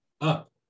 up